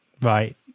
right